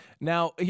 Now